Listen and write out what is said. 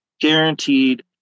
guaranteed